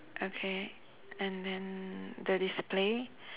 okay and then the display